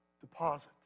deposit